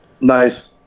Nice